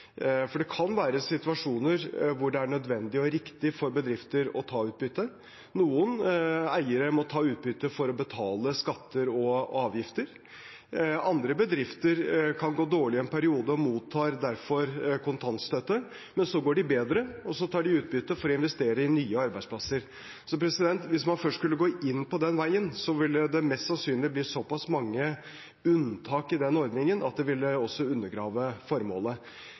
for det kan være situasjoner der det er nødvendig og riktig for bedrifter å ta utbytte. Noen eiere må ta utbytte for å betale skatter og avgifter. Andre bedrifter kan gå dårlig en periode og mottar derfor kontantstøtte. Men så går de bedre, og så tar de utbytte for å investere i nye arbeidsplasser. Hvis man først skulle gå inn på den veien, ville det mest sannsynlig blitt såpass mange unntak i den ordningen at det også ville undergrave formålet.